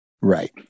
Right